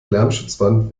lärmschutzwand